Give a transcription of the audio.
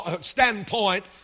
standpoint